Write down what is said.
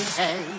hey